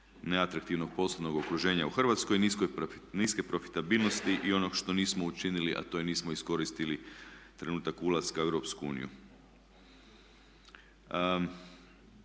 neatraktivnog poslovnog okruženja u Hrvatskoj, niske profitabilnosti i onog što nismo učinili, a to je nismo iskoristili trenutak ulaska u EU.